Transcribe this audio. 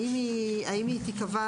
האם היא תיקבע